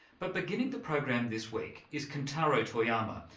but beginning the program this week is kentaro toyama,